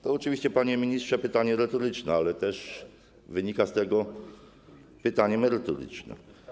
To oczywiście, panie ministrze, pytanie retoryczne, ale też wynika z tego pytanie merytoryczne: